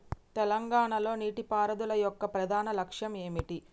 తెలంగాణ లో నీటిపారుదల యొక్క ప్రధాన లక్ష్యం ఏమిటి?